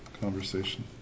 conversation